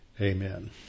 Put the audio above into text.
Amen